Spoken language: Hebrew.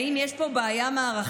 האם יש פה בעיה מערכתית?